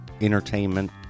entertainment